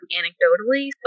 anecdotally